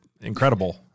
incredible